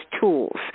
tools